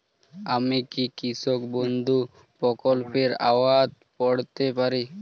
আমি কি কৃষক বন্ধু প্রকল্পের আওতায় পড়তে পারি?